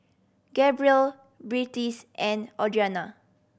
Gabriel Beatrice and Audrianna